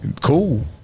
Cool